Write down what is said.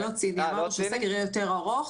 זה לא ציני, אמרנו שהסגר יהיה יותר ארוך